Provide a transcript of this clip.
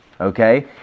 Okay